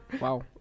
wow